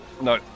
No